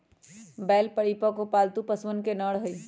बैल परिपक्व, पालतू पशुअन के नर हई